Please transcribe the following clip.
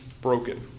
broken